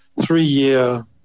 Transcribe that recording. three-year